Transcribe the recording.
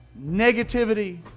negativity